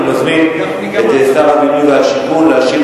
אני מזמין את שר הבינוי והשיכון להשיב